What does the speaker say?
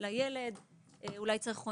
על מה אנחנו יכולים לעשות בשביל לעזור למשפחה,